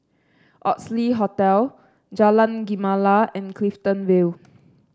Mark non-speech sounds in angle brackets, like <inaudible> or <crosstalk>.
Oxley Hotel Jalan Gemala and Clifton Vale <noise>